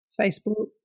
Facebook